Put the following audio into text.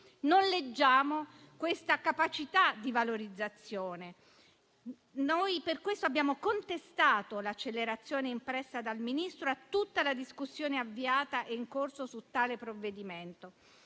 non leggiamo questa capacità di valorizzazione. Per questo abbiamo contestato l'accelerazione impressa dal Ministro a tutta la discussione avviata e in corso su tale provvedimento,